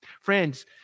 Friends